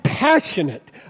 passionate